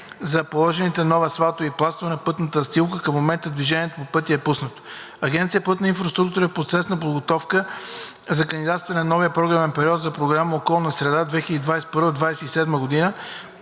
са положени нови асфалтови пластове на пътната настилка. Към момента движението по пътя е пуснато. Агенция „Пътна инфраструктура“ е в процес на подготовка за кандидатстване за новия програмен период на Програма „Околна среда 2021 – 2027 г.“